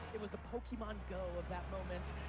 it was the pokemon go of that moment.